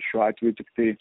šiuo atveju tiktai